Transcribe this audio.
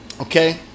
Okay